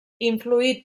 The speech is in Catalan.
influït